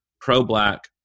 pro-black